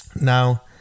Now